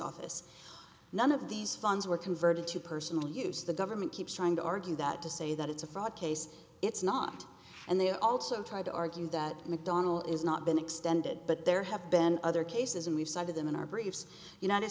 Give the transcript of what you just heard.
office none of these funds were converted to personal use the government keeps trying to argue that to say that it's a fraud case it's not and they also try to argue that mcdonnell is not been extended but there have been other cases and we've cited them in our briefs united